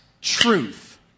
truth